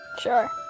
Sure